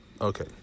Okay